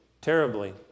terribly